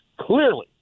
clearly